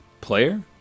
Player